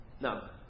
Now